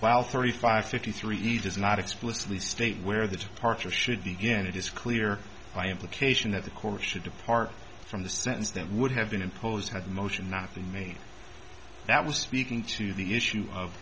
while thirty five fifty three each is not explicitly state where the departure should begin it is clear by implication that the court should depart from the sentence that would have been imposed had the motion nothing made that was speaking to the issue of